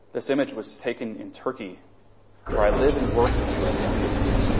this image was taken in turkey where i live and work in the u s. embassy.